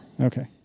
okay